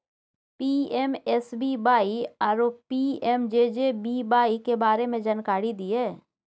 PMSBY आरो PMJJBY के बारे मे जानकारी दिय?